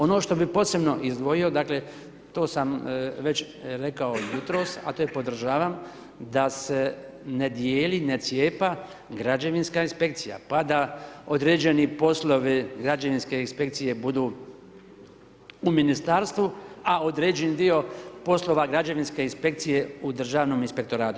Ono što bih posebno izdvojio, dakle, to sam već rekao jutros, a to podržavam, da se ne dijeli, ne cijepa građevinska inspekcija, pa da određeni poslovi građevinske inspekcije budu u Ministarstvu, a određeni dio poslova građevinske inspekcije u Državnom inspektoratu.